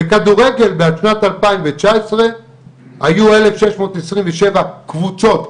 בכדורגל בשנת 2019 היו אלף שש מאות עשרים ושבע קבוצות,